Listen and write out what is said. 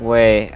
Wait